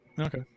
Okay